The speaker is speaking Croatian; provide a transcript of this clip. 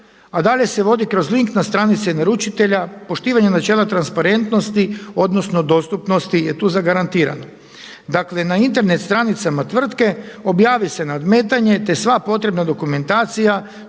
a dalje se vodi kroz link na stranici naručitelja poštivanjem načela transparentnosti odnosno dostupnosti je tu zagarantirano. Dakle, na Internet stranicama tvrtke objavi se nadmetanje, te sva potrebna dokumentacija